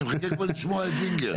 אני מחכה כבר לשמוע את זינגר.